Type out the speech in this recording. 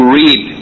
read